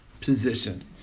position